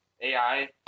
AI